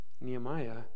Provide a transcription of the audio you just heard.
Nehemiah